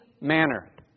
manner